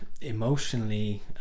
emotionally